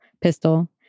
pistol